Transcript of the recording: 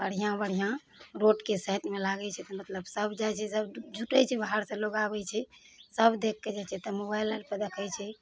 बढ़िआँ बढ़िआँ रोडके साइडमे लागै छै तऽ मतलब सब जाइ छै सब जुटै छै बाहर से लोग आबै छै सब देखके जाइ छै तऽ मोबाइल आर पर देखै छै